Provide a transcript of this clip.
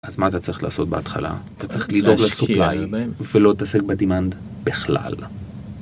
אז מה אתה צריך לעשות בהתחלה? אתה צריך לדאוג לסופליי, ולא להתעסק בדימנד בכלל.